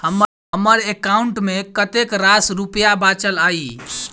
हम्मर एकाउंट मे कतेक रास रुपया बाचल अई?